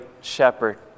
shepherd